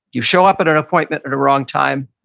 you show up at an appointment at a wrong time.